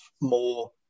more